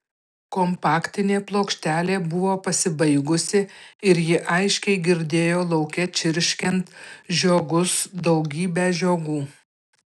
kompaktinė plokštelė buvo pasibaigusi ir ji aiškiai girdėjo lauke čirškiant žiogus daugybę žiogų